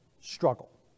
struggle